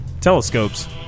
telescopes